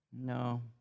no